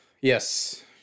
Yes